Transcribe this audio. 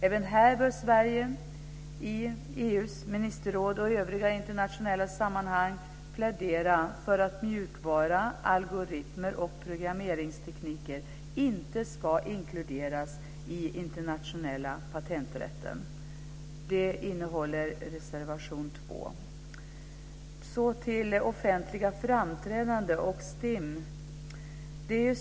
Även här bör Sverige i EU:s ministerråd och i övriga internationella sammanhang plädera för att mjukvara, algoritmer och programmeringstekniker inte ska inkluderas i den internationella patenträtten. Det behandlas i reservation 2. Låt mig så gå över till offentliga framträdanden och STIM.